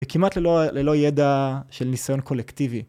וכמעט ללא ידע של ניסיון קולקטיבי.